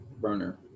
burner